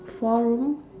four room